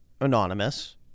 anonymous